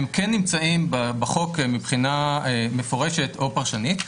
הם כן נמצאים בחוק מבחינה מפורשת או פרשנית,